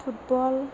football